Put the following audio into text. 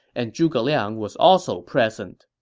and zhuge liang was also present